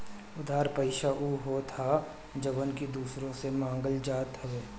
उधार पईसा उ होत हअ जवन की दूसरा से मांगल जात हवे